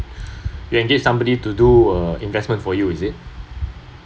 you engage somebody to do uh investment for you is it